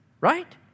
right